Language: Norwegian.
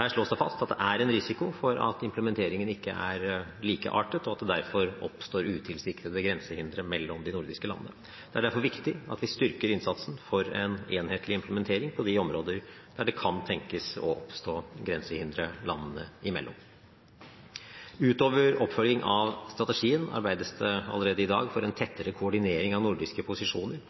Her slås det fast at det er en risiko for at implementeringen ikke er likeartet, og at det derfor oppstår utilsiktede grensehindre mellom de nordiske landene. Det er derfor viktig at vi styrker innsatsen for en enhetlig implementering på de områder der det kan tenkes å oppstå grensehindre landene imellom. Utover oppfølging av strategien arbeides det allerede i dag for en tettere koordinering av nordiske posisjoner